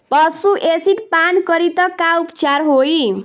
पशु एसिड पान करी त का उपचार होई?